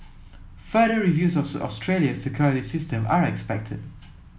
further reviews of Australia's security system are expected